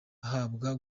ahabwa